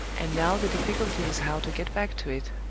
and now the difficulty is how to get back to it,